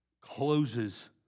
closes